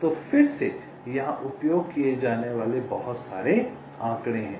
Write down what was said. तो फिर से यहाँ उपयोग किए जाने वाले बहुत सारे आंकड़े हैं